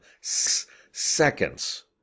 Seconds